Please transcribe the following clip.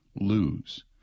lose